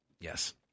Yes